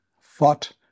fought